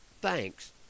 Thanks